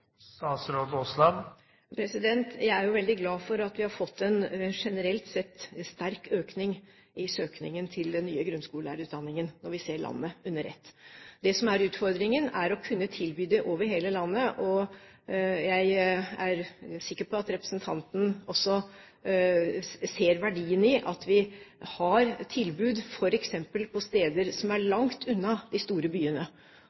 Jeg er jo veldig glad for at vi har fått en generelt sett sterk økning i søkningen til den nye grunnskolelærerutdanningen, når vi ser landet under ett. Det som er utfordringen, er å kunne tilby det over hele landet. Jeg er sikker på at representanten også ser verdien i at vi har tilbud f.eks. på steder som er langt unna de store byene.